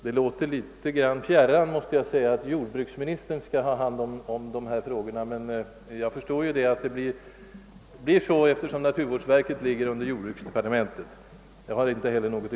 Det låter f. ö. kanske litet fjärran att sålunda jordbruksministern kan komma att få hand om de här frågorna, men jag förstår ju att det måste bli så, eftersom naturvårdsverket ligger under jordbruksdepartementet.